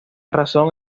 razón